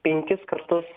penkis kartus